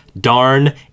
darn